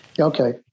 Okay